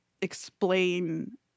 explain